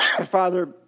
Father